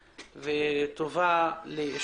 ומקיפה.